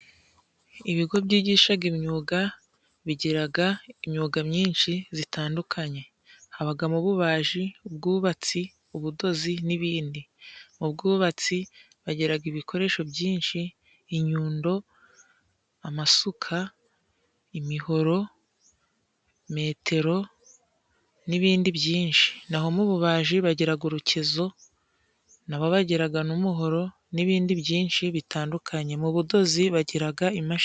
Ibigo byigishaga imyuga bigiraga imyuga myinshi zitandukanye, habagamo ububaji, ubwubatsi, ubudozi n'ibindi. Mu bwubatsi bagiraga ibikoresho byinshi, inyundo, amasuka, imihoro, metero n'ibindi byinshi. Naho mu bubaji bagiraga urukezo, na bo babagiraga n'umuhoro n'ibindi byinshi bitandukanye. Mu budozi bagiraga imashini.